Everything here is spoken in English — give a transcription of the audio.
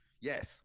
yes